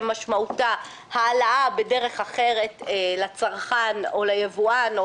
משמעותה העלאה בדרך אחרת לצרכן או ליבואן,